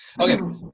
Okay